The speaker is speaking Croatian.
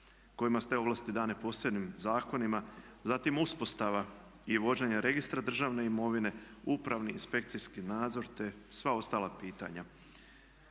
kojima su te ovlasti dane posebnim zakonima. Zatim uspostava i vođenje registra državne imovine, upravni i inspekcijski nadzor, te sva ostala pitanja.